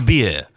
Beer